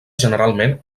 generalment